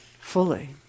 fully